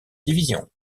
division